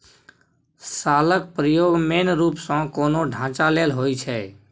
शालक प्रयोग मेन रुप सँ कोनो ढांचा लेल होइ छै